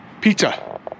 pizza